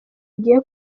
agiye